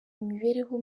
imibereho